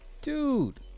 dude